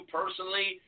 personally